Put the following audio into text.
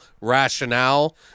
rationale